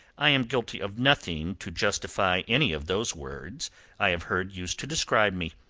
i am guilty of nothing to justify any of those words i have heard used to describe me,